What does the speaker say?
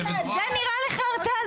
זה נראה לך הרתעה?